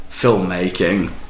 filmmaking